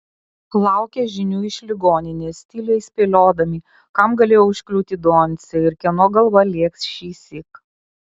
laukė žinių iš ligoninės tyliai spėliodami kam galėjo užkliūti doncė ir kieno galva lėks šįsyk